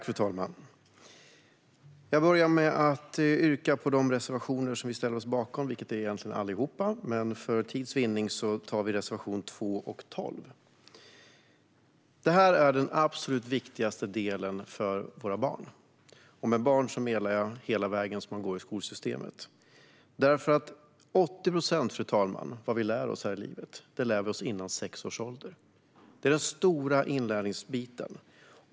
Fru talman! Vi står egentligen bakom alla våra reservationer, men för tids vinnande yrkar jag bifall bara till reservationerna 2 och 12. Det här är den absolut viktigaste delen för våra barn, och då menar jag hela vägen för barnen i skolsystemet. Fru talman! 80 procent av det vi lär oss här i livet lär vi oss före sex års ålder. Det är den stora inlärningsperioden.